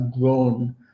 grown